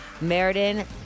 Meriden